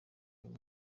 uyu